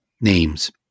names